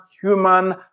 human